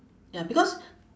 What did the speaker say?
ya because